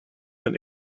than